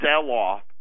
sell-off